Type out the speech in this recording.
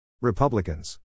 Republicans